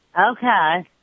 Okay